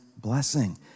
blessing